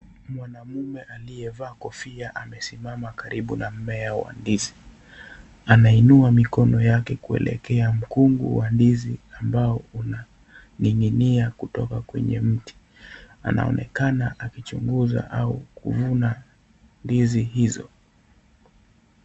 Mwanaume aliyevaa kofia amesimama karibu na mmea wa ndizi. Anainua mkono wake kuelekea kwa mkungu wa ndizi ambao unaninginia kutoka kwenye mti. Anaonekana akichunguza au kuvuna ndizi hizo.